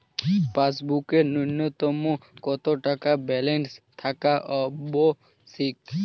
পাসবুকে ন্যুনতম কত টাকা ব্যালেন্স থাকা আবশ্যিক?